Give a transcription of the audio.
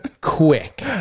Quick